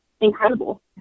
incredible